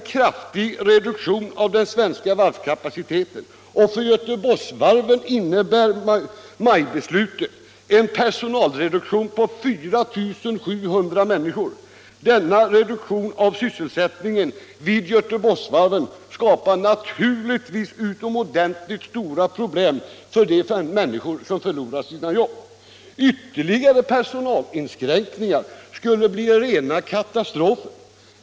Allmänpolitisk debatt debatt citeten och för Göteborgsvarven innebär beslutet en personalreduktion på 4 700 människor. Denna reduktion av sysselsättningen vid Göteborgsvarven skapar naturligtvis utomordentligt stora problem för de människor som förlorar sina jobb. Ytterligare personalinskränkningar skulle bli rena katastrofen.